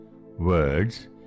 words